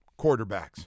quarterbacks